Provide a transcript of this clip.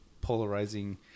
polarizing